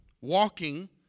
walking